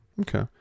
Okay